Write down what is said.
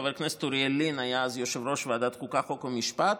חבר הכנסת אוריאל לין היה אז יושב-ראש ועדת חוקה חוק ומשפט,